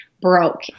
broke